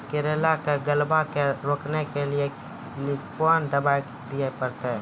करेला के गलवा के रोकने के लिए ली कौन दवा दिया?